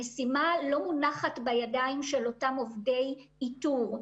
המשימה לא מונחת בידיים של אותם עובדי איתור.